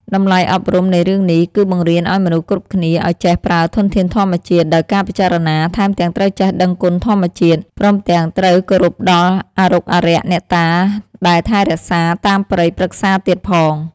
តម្លៃអប់រំនៃរឿងនេះ គឺបង្រៀនឲ្យមនុស្សគ្រប់គ្នាឲ្យចេះប្រើធនធានធម្មជាតិដោយការពិចារណា ថែមទាំងត្រូវចេះដឹងគុណធម្មជាតិ ព្រមទាំងត្រូវគោរពដល់អារុកអារក្សអ្នកតាដែលថែរក្សាតាមព្រៃព្រឹក្សាទៀតផង។